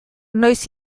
noiz